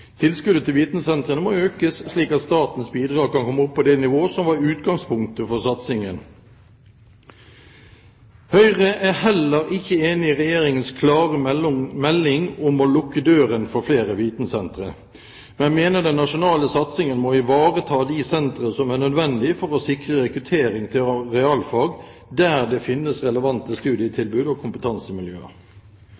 Tilskuddet til vitensentrene må økes, slik at statens bidrag kan komme opp på det nivå som var utgangspunktet for satsingen. Høyre er heller ikke enig i Regjeringens klare melding om å lukke døren for flere vitensentre, men mener den nasjonale satsingen må ivareta de sentre som er nødvendig for å sikre rekruttering til realfag der det finnes relevante